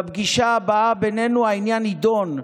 / בפגישה הבאה בינינו, העניין ידון.